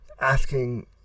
asking